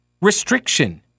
restriction